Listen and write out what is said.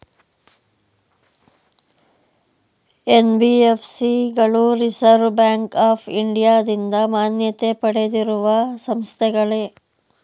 NBFC ಗಳು reserve bank of ಇಂಡಿಯಾದಿಂದ ಮಾನ್ಯತೆ ಪಡೆದಿರುವ ಸಂಸ್ಥೆಗಳೇ?